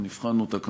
אנחנו נבחן אותה,